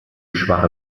schwache